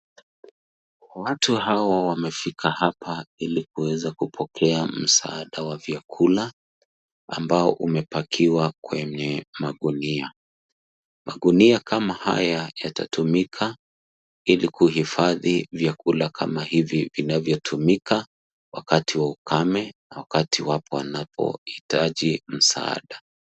Watu hawa wamefika hapa ili kuweza kupokea msaada wa vyakula ambao umepakiwa kwenye magunia. Magunia kama haya yatatumika ili kuhifadhi vyakula kama hivi vinavyotumika wakati wa ukame, na wakati wanapohitaji msaada.